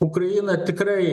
ukraina tikrai